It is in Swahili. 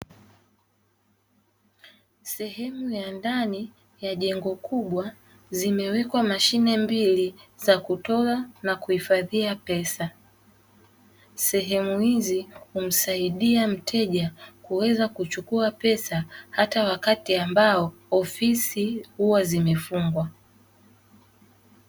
Sehemu ya ndani la jengo kubwa zimewekwa mashine mbili za kutoa na kuweka pesa. Sehemu hizi humsaidia mteja kuweza kuchukua pesa hata wakati ambao ofisi huwa zimefungwa.